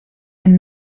den